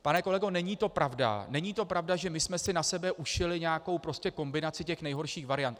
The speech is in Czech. Pane kolego, není to pravda, není to pravda, že my jsme si na sebe ušili nějakou kombinaci nejhorších variant.